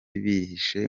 bihishe